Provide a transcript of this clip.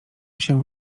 się